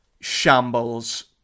shambles